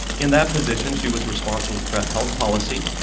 in that position she was responsible for health policy,